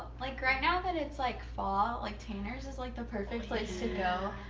like right now that it's like fall, like tanners is like the perfect place to go.